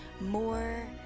More